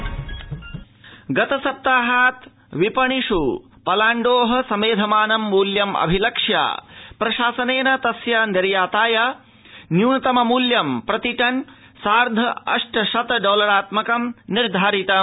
पलाण्डु गतसप्ताहात् विपणिस् पलाण्डो समेधमानं मूल्यं निध्याय प्रशासनेन तस्य निर्याताय न्यूनतम मूल्यम् प्रतिटन् सार्थाष्ट शत डॉलरात्मकं निर्धारितम्